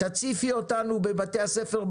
תציפי אותנו בבתי הספר,